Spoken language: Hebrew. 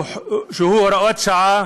שהוא הוראת שעה,